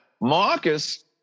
Marcus